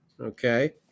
Okay